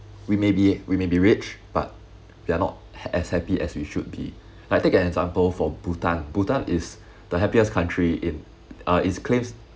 we may be we may be rich but we're not as happy as we should be like take an example for bhutan bhutan is the happiest country in uh its claims